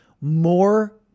more